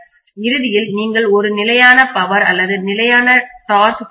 இறுதியில் நீங்கள் ஒரு நிலையான பவர் அல்லது நிலையான டார்க்முறுக்கு பெறுகிறீர்கள்